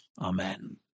Amen